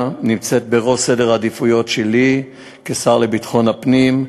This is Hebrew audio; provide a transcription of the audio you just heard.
נמצאת בראש סדר העדיפויות שלי כשר לביטחון הפנים,